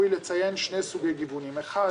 (היו"ר משה גפני,